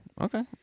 Okay